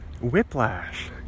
Whiplash